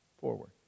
forward